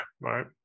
right